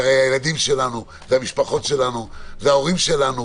זה הילדים שלנו, המשפחות שלנו, זה ההורים שלנו.